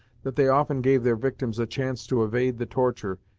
that they often gave their victims a chance to evade the torture,